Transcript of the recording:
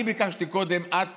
אני ביקשתי קודם, את,